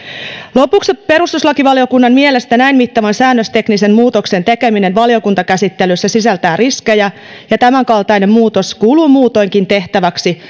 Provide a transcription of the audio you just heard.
lopuksi perustuslakivaliokunnan mielestä näin mittavan säännösteknisen muutoksen tekeminen valiokuntakäsittelyssä sisältää riskejä ja tämänkaltainen muutos kuuluu muutoinkin tehtäväksi